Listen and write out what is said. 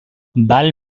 val